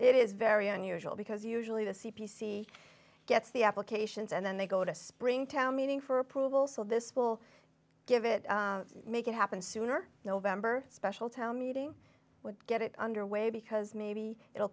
it is very unusual because usually the c p c gets the applications and then they go to spring town meeting for approval so this will give it make it happen sooner november special town meeting would get it under way because maybe it